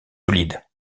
solide